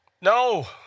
No